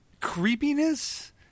creepiness